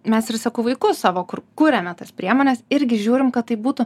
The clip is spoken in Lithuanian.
mes ir sakau vaikus savo kur kuriame tas priemones irgi žiūrim kad tai būtų